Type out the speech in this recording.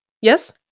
Yes